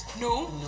no